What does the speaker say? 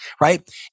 Right